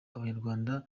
abanyarwanda